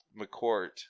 McCourt